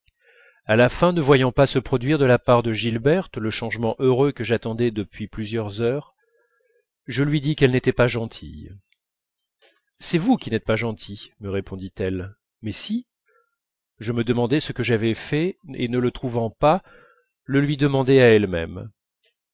à la fin ne voyant pas se produire de la part de gilberte le changement heureux que j'attendais depuis plusieurs heures je lui dis qu'elle n'était pas gentille c'est vous qui n'êtes pas gentil me répondit-elle mais si je me demandai ce que j'avais fait et ne le trouvant pas le lui demandai à elle-même